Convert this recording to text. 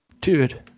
dude